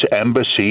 embassy